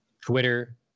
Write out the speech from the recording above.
Twitter